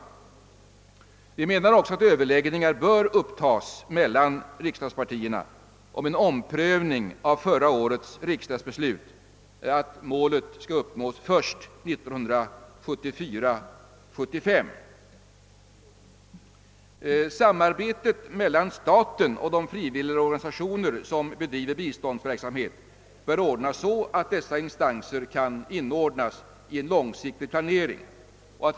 Motionärerna anser att överläggningar bör upptas mellan riksdagspartierna om en omprövning av förra årets riksdagsbeslut att målet skall uppnås först 1974/75. Samarbetet mellan staten och de frivilligorganisationer som bedriver biståndsverksamhet bör ordnas så att insatserna kan inordnas i en långsiktig planering.